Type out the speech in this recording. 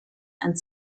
and